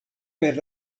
per